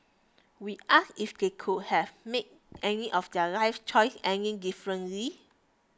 we asked if they would have made any of their life choice any differently